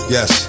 Yes